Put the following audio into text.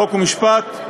חוק ומשפט,